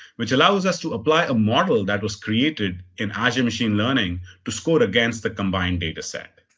which allows us to apply a model that was created in azure machine learning to score against the combined dataset.